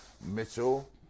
Mitchell